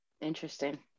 Interesting